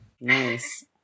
Nice